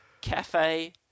Cafe